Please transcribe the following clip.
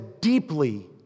deeply